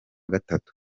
gatatu